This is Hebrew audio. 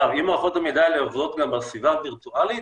אם מערכות המידע האלה עובדות גם בסביבה הווירטואלית,